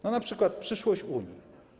No np. przyszłość Unii.